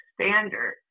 standard